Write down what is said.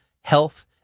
health